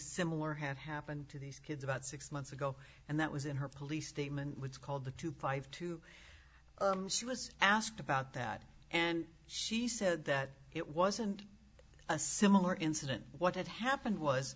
similar had happened to these kids about six months ago and that was in her police statement which is called the to five to she was asked about that and she said that it wasn't a similar incident what had happened was